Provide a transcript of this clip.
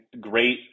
great